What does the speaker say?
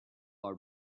are